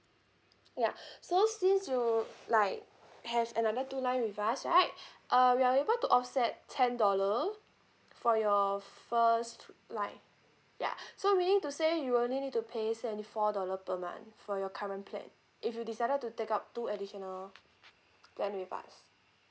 yeah so since you like have another two line with us right uh we are able to offset ten dollar for your first line yeah so meaning to say you only need to pay seventy four dollar per month for your current plan if you decided to take up two additional plan with us